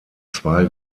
zwei